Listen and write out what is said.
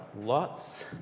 lots